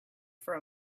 for